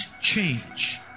change